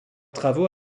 travaux